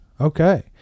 Okay